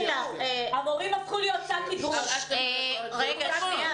המורים הפכו שק אגרוף, את יודעת את זה.